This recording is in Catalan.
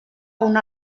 una